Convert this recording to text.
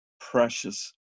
precious